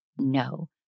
No